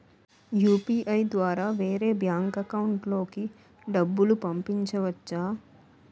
UPI ద్వారా వేరే bank account లోకి డబ్బులు పంపించవచ్చా?